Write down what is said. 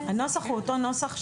הנוסח הוא אותו נוסח שהיה,